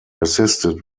assisted